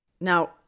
Now